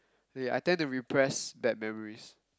ya I tend to repress bad memories